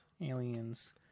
Aliens